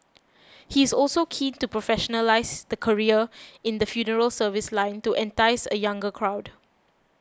he is also keen to professionalise the career in the funeral service line to entice a younger crowd